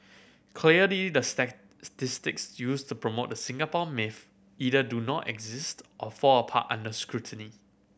clearly the used to promote the Singapore myth either do not exist or fall apart under scrutiny